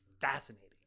fascinating